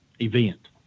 event